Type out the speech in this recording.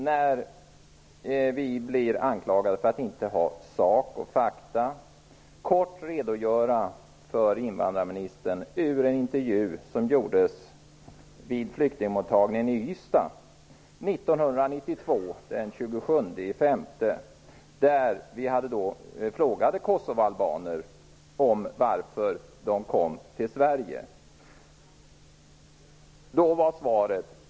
Eftersom vi nydemokrater anklagas för att inte vara sakliga vill jag för invandrarministern kort återge en intervju med kosovoalbaner vid flyktingmottagningen i Ystad den 27 maj 1992: -- Varför kom ni till Sverige?